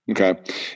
Okay